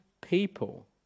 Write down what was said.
people